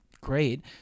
great